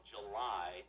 July